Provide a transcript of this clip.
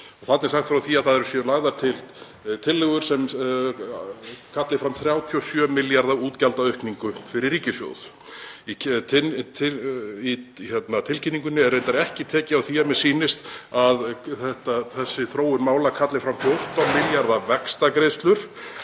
Þarna er sagt frá því að lagðar séu til tillögur sem kalli fram 37 milljarða útgjaldaaukningu fyrir ríkissjóð. Í tilkynningunni er reyndar ekki tekið á því, að mér sýnist, að þessi þróun mála kalli fram 14 milljarða vaxtagreiðslur